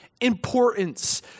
importance